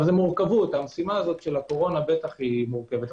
המשימה של הקורונה בטח מורכבת.